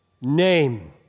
name